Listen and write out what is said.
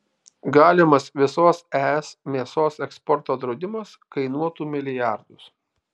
galimas visos es mėsos eksporto draudimas kainuotų milijardus